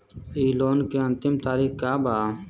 इ लोन के अन्तिम तारीख का बा?